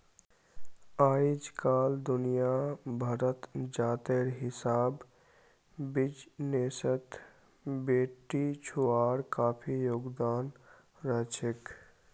अइजकाल दुनिया भरत जातेर हिसाब बिजनेसत बेटिछुआर काफी योगदान रहछेक